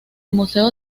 museo